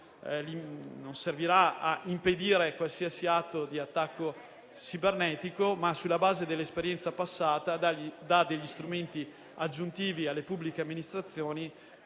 non servirà a impedire qualsiasi attacco cibernetico ma, sulla base dell'esperienza passata, dà degli strumenti aggiuntivi alle pubbliche amministrazioni